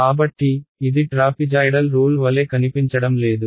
కాబట్టి ఇది trapezoidal rule వలె కనిపించడం లేదు